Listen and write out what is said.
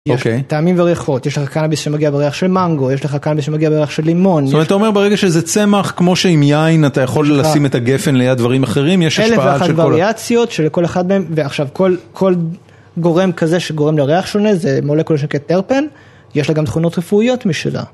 טעמים וריחות, יש לך קנאביס שמגיע בריח של מנגו, יש לך קנאביס שמגיע בריח של לימון. זאת אומרת, אתה אומר ברגע שזה צמח, כמו שעם יין אתה יכול לשים את הגפן ליד דברים אחרים, יש השפעה של כל... אלף ואחת ובריאציות של כל אחד מהם, ועכשיו, כל גורם כזה שגורם לריח שונה זה מולקולה שנקראת טרפן, יש לה גם תכונות רפואיות משלה.